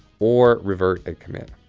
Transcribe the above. or revert a commit.